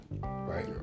right